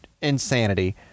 insanity